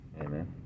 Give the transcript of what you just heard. Amen